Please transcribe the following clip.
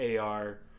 AR